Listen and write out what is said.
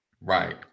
right